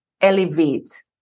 elevate